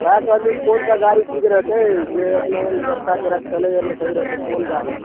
सएह कहलहुॅं क़ोन सा गाड़ी ठीक रहतै जे अपना रास्ता पेरा चलय बेरमे सही रहतै क़ोन गाड़ी